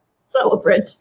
celebrate